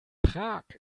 prag